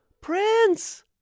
Prince